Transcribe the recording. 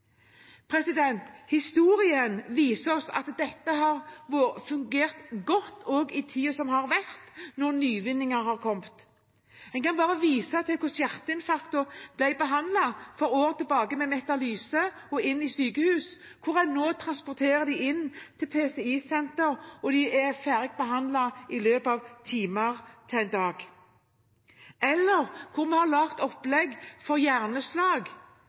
Historien viser oss at dette også har fungert godt i tiden som har vært, når nyvinninger har kommet. En kan bare vise til hvordan de med hjerteinfarkt for noen år siden ble behandlet med Metalyse i sykehus, at en nå transporterer dem til PCI-sentre, og de er ferdig behandlet i løpet av timer eller en dag – eller at vi har laget opplegg for hjerneslag,